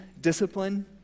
discipline